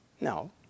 No